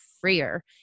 freer